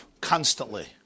constantly